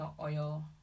oil